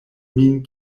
min